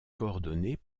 coordonnées